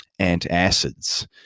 antacids